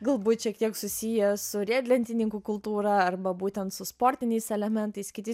galbūt šiek tiek susiję su riedlentininkų kultūra arba būtent su sportiniais elementais kiti